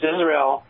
Israel